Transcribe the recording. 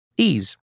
Ease